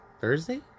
Thursday